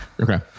okay